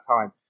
time